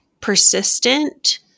persistent